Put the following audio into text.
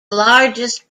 largest